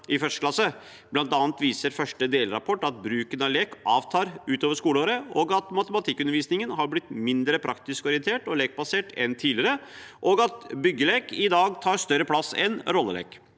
Blant annet viser første delrapport at bruken av lek avtar utover skoleåret, at matematikkundervisningen har blitt mindre praktisk orientert og lekbasert enn tidligere, og at byggelek i dag tar større plass enn rollelek.